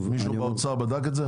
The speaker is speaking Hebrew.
מישהו באוצר בדק את זה?